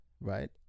right